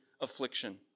affliction